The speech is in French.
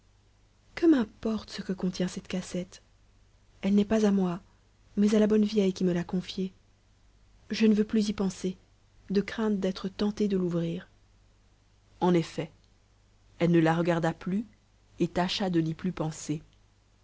que m'importe ce que contient cette cassette elle n'est pas à moi mais à la bonne vieille qui me l'a confiée je ne veux plus y penser de crainte d'être tentée de l'ouvrir en effet elle ne la regarda plus et tâcha de n'y plus penser